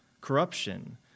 corruption